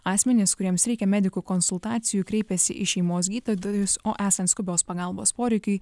asmenys kuriems reikia medikų konsultacijų kreipiasi į šeimos gydytojus o esant skubios pagalbos poreikiui